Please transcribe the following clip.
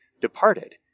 departed